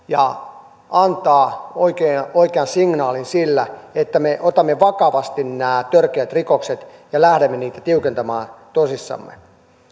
ja antaa oikean signaalin sillä että me otamme vakavasti nämä törkeät rikokset ja lähdemme niiden rangaistuksia tiukentamaan tosissamme